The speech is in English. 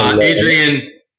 Adrian